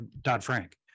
Dodd-Frank